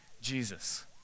Jesus